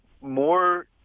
more